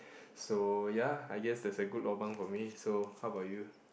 so ya I guess that's a good lobang for me so how about you